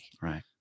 Right